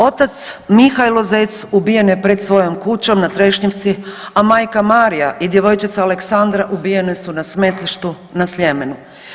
Otac Mihajlo Zec ubijen je pred svojom kućom na Trešnjevci, a majka Marija i djevojčica Aleksandra ubijene su na smetlištu na Sljemenu.